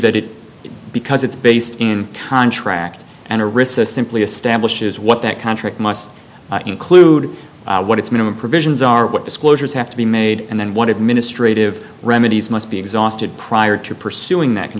that it is because it's based in contract and a recess simply establishes what that contract must include what its minimum provisions are what disclosures have to be made and then what administrative remedies must be exhausted prior to pursuing that c